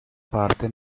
parte